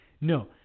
No